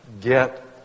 get